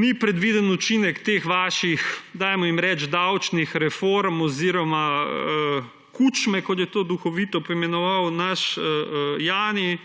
ni predvidenega učinka teh vaših, dajmo jim reči davčnih reform oziroma kučem, kot je to duhovito poimenoval naš Jani.